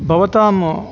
भवतां